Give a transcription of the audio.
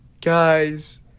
Guys